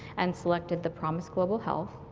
and selected the promis global health.